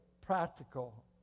practical